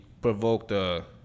provoked